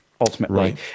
ultimately